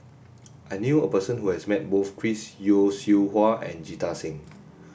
I knew a person who has met both Chris Yeo Siew Hua and Jita Singh